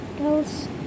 Else